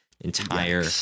entire